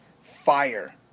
fire